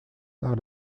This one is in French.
par